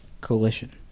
Coalition